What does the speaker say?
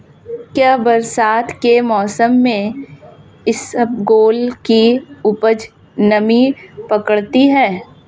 क्या बरसात के मौसम में इसबगोल की उपज नमी पकड़ती है?